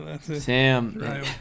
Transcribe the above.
Sam